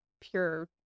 pure